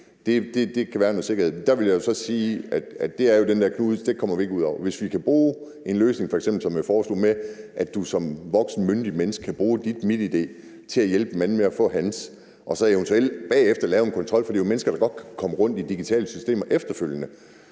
Der kan være noget sikkerhed der. Der vil jeg så sige, at det jo er den her knude, det kommer vi ikke uden om. Hvis vi f.eks. kan bruge en løsning, som jeg foreslog, med, at du som voksent, myndigt menneske kan bruge dit MitID til at hjælpe en anden med at få hans og så eventuelt bagefter lave en kontrol, for det er jo mennesker, der godt kan komme rundt i digitale systemer efterfølgende,